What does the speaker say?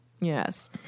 Yes